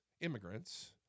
immigrants